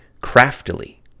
craftily